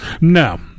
no